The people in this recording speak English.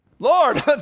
Lord